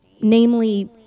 namely